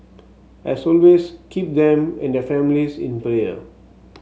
as always keep them and their families in player